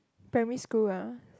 primary school ah